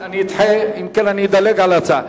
אדלג על ההצעה.